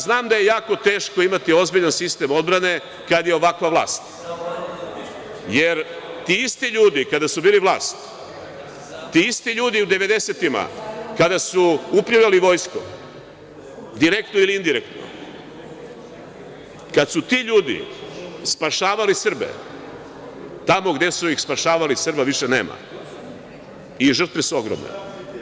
Znam da je jako teško imati ozbiljan sistem odbrane kada je ovakva vlasti, jer ti isti ljudi kada su bili vlast, ti isti ljudi 90-ih kada su upravljali Vojskom, direktno ili indirektno, kada su ti ljudi spašavali Srbe, tamo gde su ih spašavali Srba više nema i žrtve su ogromne.